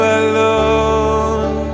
alone